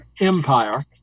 empire